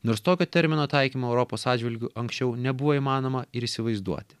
nors tokio termino taikymo europos atžvilgiu anksčiau nebuvo įmanoma ir įsivaizduoti